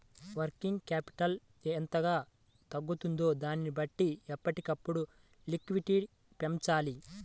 working capital ఎంతగా తగ్గుతుందో దానిని బట్టి ఎప్పటికప్పుడు లిక్విడిటీ పెంచాలి